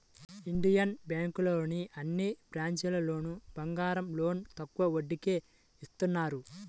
Indian బ్యేంకులోని అన్ని బ్రాంచీల్లోనూ బంగారం లోన్లు తక్కువ వడ్డీకే ఇత్తన్నారు